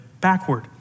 backward